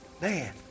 Man